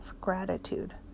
gratitude